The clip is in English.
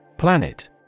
Planet